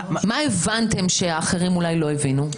מה הבנתם שאחרים אולי לא הבינו.